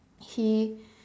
he